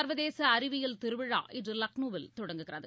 சர்வதேசஅறிவியல் திருவிழா இன்றுலக்னோவில் தொடங்குகிறது